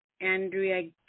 Andrea